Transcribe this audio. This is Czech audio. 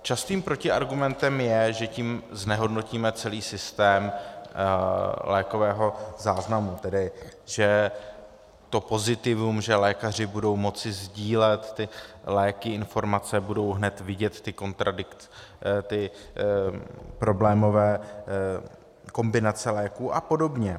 Častým protiargumentem je, že tím znehodnotíme celý systém lékového záznamu, tedy že to pozitivum, že lékaři budou moci sdílet ty léky, informace, budou hned vidět ty problémové kombinace léků a podobně.